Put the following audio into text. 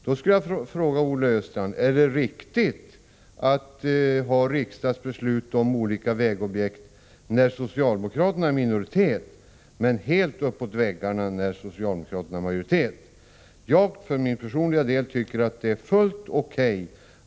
Då vill jag fråga Olle Östrand: Är det riktigt att fatta riksdagsbeslut om olika vägobjekt när socialdemokraterna är i minoritet men helt uppåt väggarna när socialdemokraterna har majoritet? Jag tycker för min personliga del att det är fullt O.K.